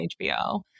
HBO